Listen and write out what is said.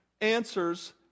answers